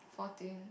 fourteen